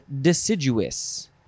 deciduous